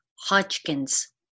Hodgkin's